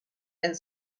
and